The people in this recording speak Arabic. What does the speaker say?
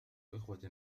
إخوة